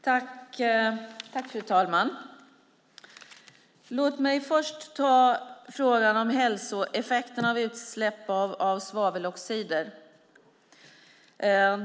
Fru talman! Låt mig först ta upp frågan om hälsoeffekterna vid utsläpp av svaveloxider.